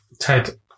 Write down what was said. Ted